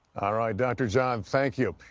ah right, dr. john, thank you.